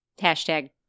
Hashtag